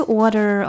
order